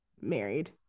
married